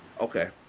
Okay